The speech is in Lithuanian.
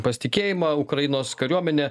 pasitikėjimą ukrainos kariuomenė